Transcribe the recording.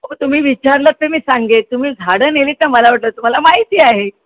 तुम्ही विचारलंत तर मी सांगेन तुम्ही झाडं नेलीत तर मला वाटलं तुम्हाला माहिती आहे